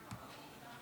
תודה, אדוני.